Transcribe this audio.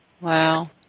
Wow